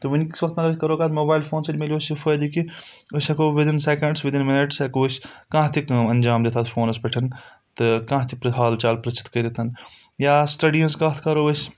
تہٕ وٕنکِس وَقتہٕ اَگر کَرو کَتھ موبایِل فون سۭتۍ ملِیو أسۍ یہِ فٲیدٕ کہِ أسۍ ہؠکو وِدِن سیٚکنٛڈٕس وِدِن مِنٹٕس ہیٚکو أسۍ کانٛہہ تہِ کٲم اَنجام دِتھ اَتھ فونَس پؠٹھ تہٕ کانٛہہ تہِ حال چال پٔرٕژھِتھ کٔرِتھ یا سٕٹَڈِی ہٕنٛز کَتھ کَرو أسۍ